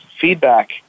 feedback